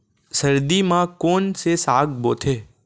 सर्दी मा कोन से साग बोथे?